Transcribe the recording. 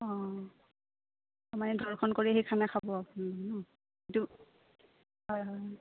অঁ দৰ্শন কৰি সেই খানা খাব